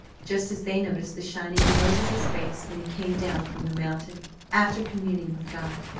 just as they noticed the shining of moses's face when he came down from the mountain after communing with god.